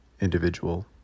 individual